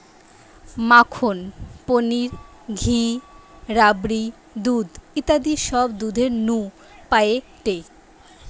মাখন, পনির, ঘি, রাবড়ি, দুধ ইত্যাদি সব দুধের নু পায়েটে